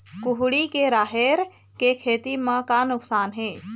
कुहड़ी के राहेर के खेती म का नुकसान हे?